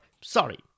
Sorry